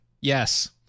yes